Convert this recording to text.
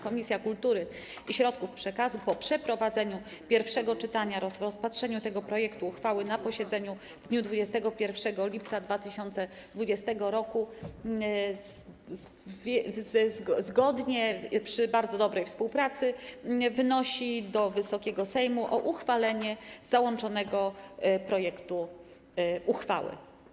Komisja Kultury i Środków Przekazu po przeprowadzeniu pierwszego czytania, rozpatrzeniu tego projektu uchwały na posiedzeniu w dniu 21 lipca 2020 r., zgodnie, przy bardzo dobrej współpracy, wnosi do Wysokiego Sejmu o uchwalenie załączonego projektu uchwały.